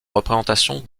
représentation